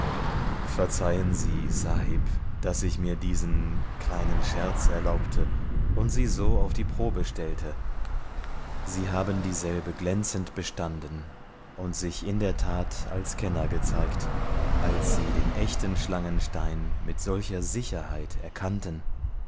verzeihen sie sahib daß ich mir diesen kleinen scherz erlaubte und sie so auf die probe stellte sie haben dieselbe glänzend bestanden und sich in der tat als kenner gezeigt als sie den echten schlangenstein mit solcher sicherheit erkannten